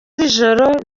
z’ijoro